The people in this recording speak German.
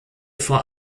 vor